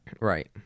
Right